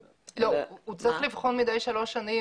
לא, הוא צריך לבחון מדי שלוש שנים